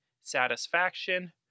satisfaction